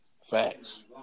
Facts